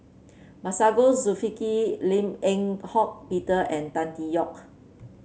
Masagos Lim Eng Hock Peter and Tan Tee Yoke